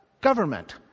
government